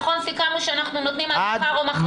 נכון סיכמנו שאנחנו נותנים עד מחר או מוחרתיים?